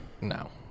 No